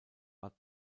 war